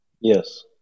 Yes